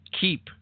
Keep